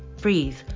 breathe